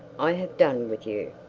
i have done with you.